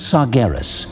Sargeras